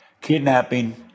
kidnapping